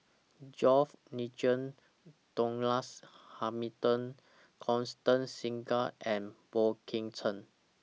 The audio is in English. George Nigel Douglas Hamilton Constance Singam and Boey Kim Cheng